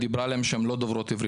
שהן לא דוברות עברית.